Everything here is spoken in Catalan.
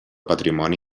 patrimoni